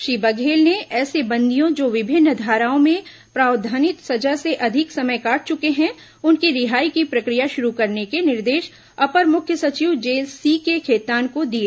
श्री बघेल ने ऐसे बंदियों जो विभिन्न धाराओं में प्रावधानित सजा से अधिक समय काट चुके है उनकी रिहाई की प्रक्रिया शुरू करने के निर्देश अपर मुख्य सचिव जेल सीके खेतान को दिए